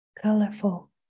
colorful